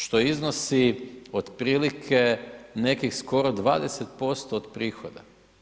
Što iznosi otprilike nekih skoro 20% od prihoda.